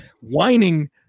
Whining